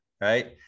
right